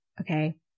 okay